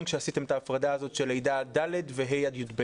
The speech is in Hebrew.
אתה יכול לקחת בית-ספר יסודי לחוד,